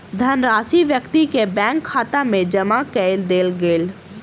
धनराशि व्यक्ति के बैंक खाता में जमा कअ देल गेल